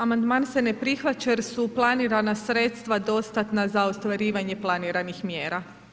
Amandman se ne prihvaća jer su planirana sredstva dostatna za ostvarivanje planiranih mjera.